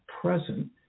present